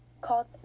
called